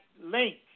link